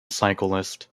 cyclists